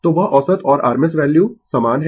तो वह औसत और RMS वैल्यू समान है